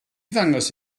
ddangos